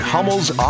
Hummel's